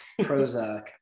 Prozac